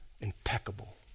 impeccable